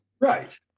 Right